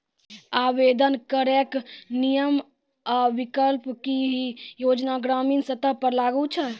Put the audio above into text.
आवेदन करैक नियम आ विकल्प? की ई योजना ग्रामीण स्तर पर लागू छै?